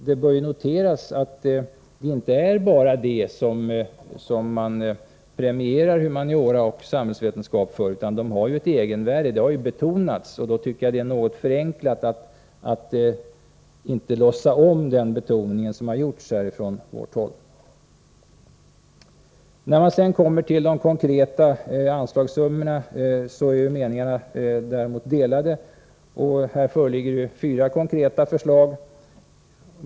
Det bör noteras att humaniora och samhällsvetenskap inte premieras bara för detta, utan att också deras egenvärde har betonats. Jag tycker att man förenklar det hela när man bortser från den betoning som har gjorts på den här punkten från vårt håll. Beträffande de konkreta anslagssummorna är meningarna delade. Här föreligger fyra konkreta förslag.